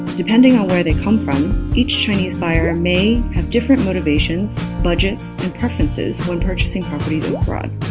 depending on where they come from, each chinese buyer may have different motivations, budgets, and preferences when purchasing properties abroad.